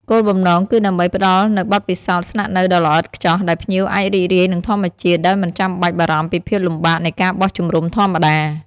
គោលបំណងគឺដើម្បីផ្តល់នូវបទពិសោធន៍ស្នាក់នៅដ៏ល្អឥតខ្ចោះ ដែលភ្ញៀវអាចរីករាយនឹងធម្មជាតិដោយមិនចាំបាច់បារម្ភពីភាពលំបាកនៃការបោះជំរុំធម្មតា។